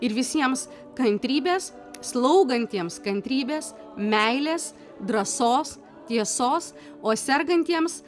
ir visiems kantrybės slaugantiems kantrybės meilės drąsos tiesos o sergantiems